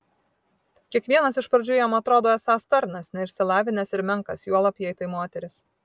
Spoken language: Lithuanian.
kiekvienas iš pradžių jam atrodo esąs tarnas neišsilavinęs ir menkas juolab jei tai moteris